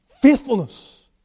Faithfulness